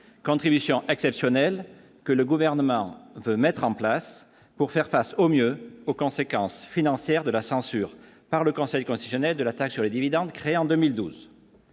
contribution exceptionnelle que le gouvernement veut mettre en place pour faire face au mieux aux conséquences financières de la censure par le Conseil constitutionnel de la taxe sur les dividendes, créée en 2012.